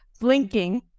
blinking